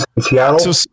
Seattle